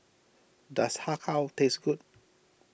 does Har Kow taste good